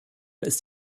ist